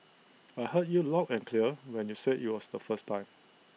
I heard you loud and clear when you said you was the first time